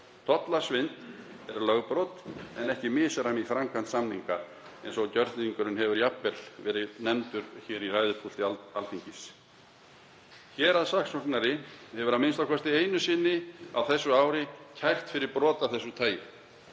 Tollasvindl er lögbrot en ekki misræmi í framkvæmd samninga eins og gjörningurinn hefur jafnvel verið nefndur hér í ræðupúlti Alþingis. Héraðssaksóknari hefur a.m.k. einu sinni á þessu ári kært fyrir brot af þessu tagi.